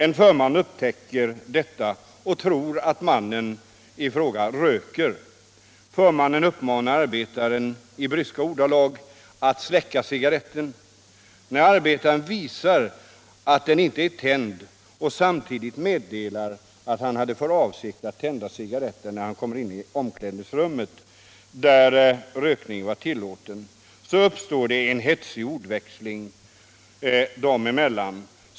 En förman upptäcker detta och tror att mannen i fråga röker. Förmannen uppmanar mannen I bryska ordalag att släcka cigaretten. När arbetaren visar att den inte är tänd och samtidigt meddelar att han hade för avsikt att tända cigaretten när han kom till omklädningsrummet. där rökning var tillåten, uppstod en hetsig ordväxling dem emellan.